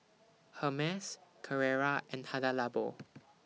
Hermes Carrera and Hada Labo